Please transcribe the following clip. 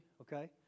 Okay